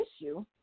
issue